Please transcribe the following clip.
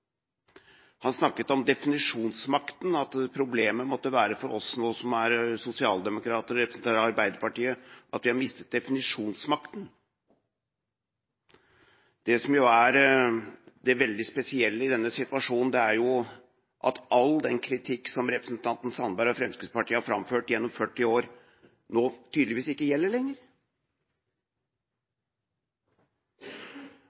Han snakket om definisjonsmakten, om at problemet for oss som er sosialdemokrater og representerer Arbeiderpartiet nå må være at vi har mistet definisjonsmakten. Det som er det veldig spesielle i denne situasjonen, er at all den kritikk som representanten Sandberg og Fremskrittspartiet har framført gjennom førti år, nå tydeligvis ikke gjelder